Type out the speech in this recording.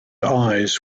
eyes